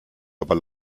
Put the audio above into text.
aber